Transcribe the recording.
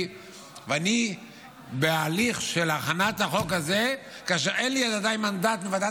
ואני בהליך של הכנת החוק הזה כאשר אין לי עדיין מנדט מוועדת